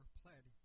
pled